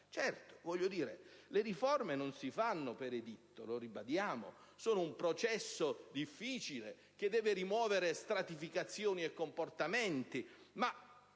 Certo, le riforme non si fanno per editto, lo ribadiamo; sono un processo difficile che deve rimuovere stratificazioni e comportamenti. Ma